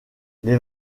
les